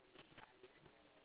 oh my gosh